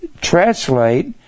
translate